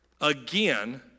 again